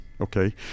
okay